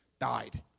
died